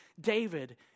David